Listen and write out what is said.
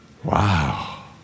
Wow